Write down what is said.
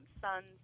sons